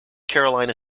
carolina